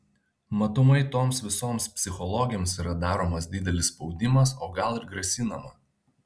matomai toms visoms psichologėms yra daromas didelis spaudimas o gal ir grasinama